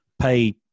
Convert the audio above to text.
Pay